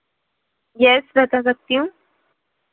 yes बता सकती हूँ